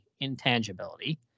intangibility